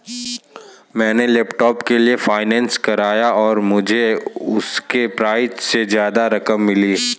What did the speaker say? मैंने लैपटॉप के लिए फाइनेंस कराया और मुझे उसके प्राइज से ज्यादा रकम मिली